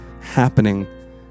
happening